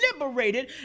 liberated